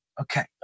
okay